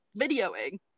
videoing